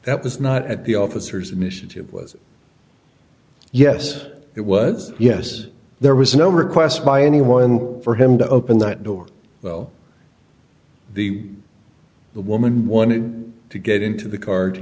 that was not at the officers initiative was yes it was yes there was no request by anyone for him to open that door well the the woman wanted to get into the car to